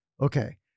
Okay